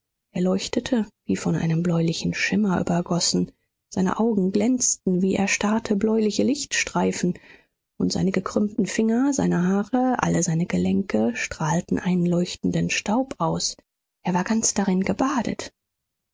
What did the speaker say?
leuchtete wie von einem bläulichen schimmer übergossen seine augen glänzten wie erstarrte bläuliche lichtstreifen und seine gekrümmten finger seine haare alle seine gelenke strahlten einen leuchtenden staub aus er war ganz darin gebadet